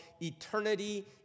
eternity